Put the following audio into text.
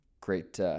great